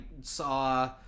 saw